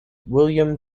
william